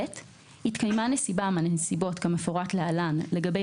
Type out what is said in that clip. התקיימה נסיבה מהנסיבות כמפורט להלן לגבי